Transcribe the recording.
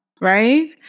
Right